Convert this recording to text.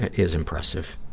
is impressive.